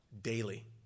daily